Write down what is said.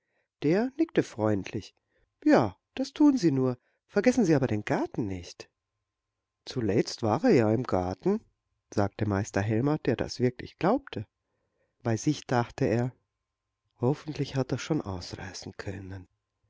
der nickte freundlich ja das tun sie nur vergessen sie aber den garten nicht zuletzt war er ja im garten sagte meister helmer der das wirklich glaubte bei sich dachte er hoffentlich hat er schon ausreißen können